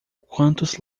quantos